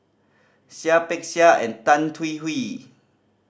Seah Peck Seah and Tan Hwee Hwee